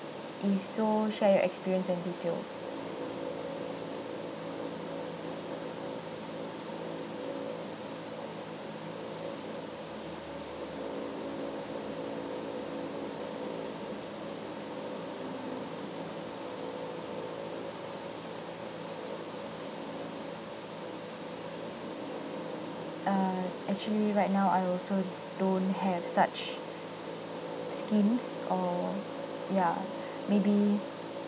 if so share your experience and details err actually right now I also don't have such schemes or ya maybe